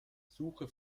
suche